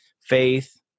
faith